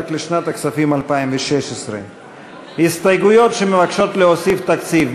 רק לשנת הכספים 2016. הסתייגויות שמבקשות להוסיף תקציב,